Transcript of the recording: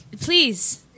Please